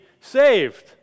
saved